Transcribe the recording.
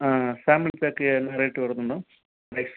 ஆ family pack என்ன rate வருது madam ice